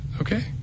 okay